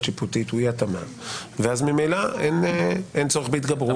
שיפוטית הוא אי התאמה ואז ממילא אין צורך בהתגברות.